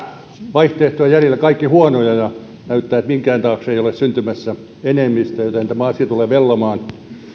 vaihtoehtoja jäljellä kaikki huonoja ja näyttää siltä että minkään taakse ei ole syntymässä enemmistöä joten tämä asia tulee vellomaan